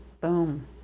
Boom